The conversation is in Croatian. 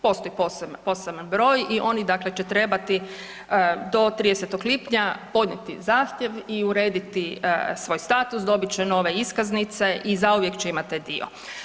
Postoji poseban broj i oni dakle će trebati do 30. lipnja podnijeti zahtjev i urediti svoj status, dobit će nove iskaznice i zauvijek će imati taj dio.